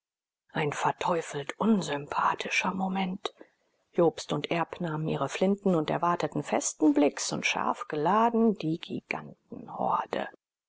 ein verteufelt unsympathischer moment jobst und erb nahmen ihre flinten und erwarteten festen blicks und scharf geladen die